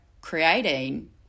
creating